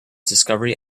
discovery